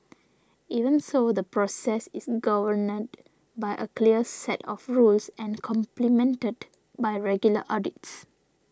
even so the process is governed by a clear set of rules and complemented by regular audits